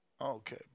Okay